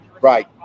Right